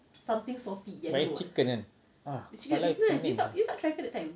but it's chicken kan kepala I like pening